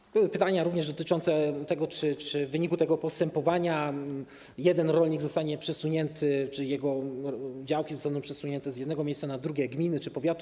Były również pytania dotyczące tego, czy w wyniku tego postępowania jeden rolnik zostanie przesunięty, czy jego działki zostaną przesunięte z jednego miejsca na drugie, gminy czy powiatu.